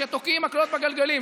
שתוקעים מקלות בגלגלים,